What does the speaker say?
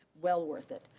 well worth it.